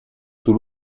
sous